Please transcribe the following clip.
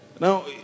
now